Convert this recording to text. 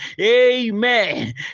Amen